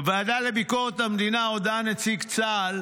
בוועדה לביקורת המדינה הודה נציג צה"ל: